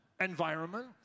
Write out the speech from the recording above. environment